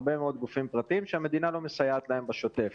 הרבה מאוד גופים פרטיים שהמדינה לא מסייעת להם בשוטף.